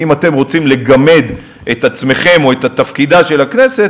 ואם אתם רוצים לגמד את עצמכם או את תפקידה של הכנסת,